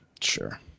sure